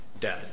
dead